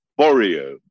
Borio